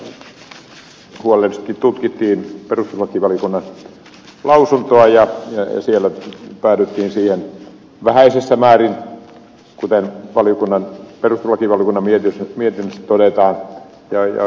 talousvaliokunnassa huolellisesti tutkittiin perustuslakivaliokunnan lausuntoa ja siellä päädyttiin muotoiluun vähäisessä määrin kuten perustuslakivaliokunnan mietinnössä todetaan